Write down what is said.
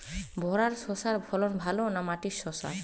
ভেরার শশার ফলন ভালো না মাটির শশার?